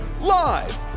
live